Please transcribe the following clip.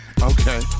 Okay